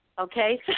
Okay